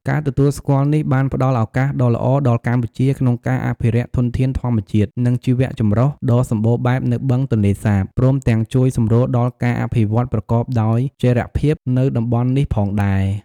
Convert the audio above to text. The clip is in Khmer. ការទទួលស្គាល់នេះបានផ្ដល់ឱកាសដ៏ល្អដល់កម្ពុជា ក្នុងការ អភិរក្សធនធានធម្មជាតិ និងជីវចម្រុះ ដ៏សម្បូរបែបនៅបឹងទន្លេសាប ព្រមទាំងជួយសម្រួលដល់ ការអភិវឌ្ឍន៍ប្រកបដោយចីរភាព នៅតំបន់នេះផងដែរ។